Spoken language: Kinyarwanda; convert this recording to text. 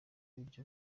buryo